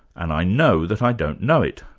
and i know that i don't know it.